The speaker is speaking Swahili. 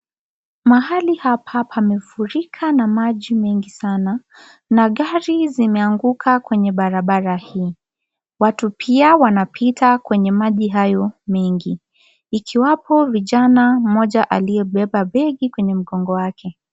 Mahali hapa pamefurika na maji mengi sana magari zimeanguka kwenye barabara hii, watu pia wanapita kwenye maji hayo mengi ikiwapo vijana moja aliyebeba begi kwenye mgongo wake.